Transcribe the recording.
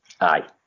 Aye